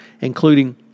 including